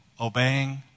Obeying